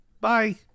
Bye